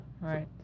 Right